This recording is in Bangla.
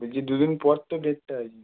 বলছি দু দিন পর তো ডেটটা আছে